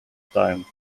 time